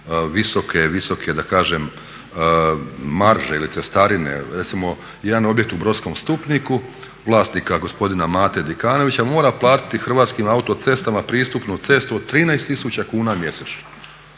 visoke da kažem marže ili cestarine. Recimo jedan objekt u Brodskom stupniku vlasnika gospodina Mate Dikanovića mora platiti Hrvatskim autocestama pristupnu cestu od 13 tisuća kuna mjesečno.